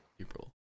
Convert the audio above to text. April